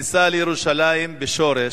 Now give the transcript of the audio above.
בכניסה לירושלים, בשורש,